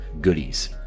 goodies